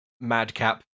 madcap